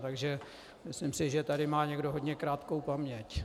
Takže myslím, že tady má někdo hodně krátkou paměť.